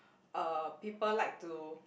uh people like to